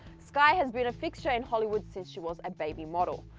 skai has been a fixture in hollywood since she was a baby model.